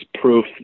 proof